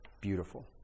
beautiful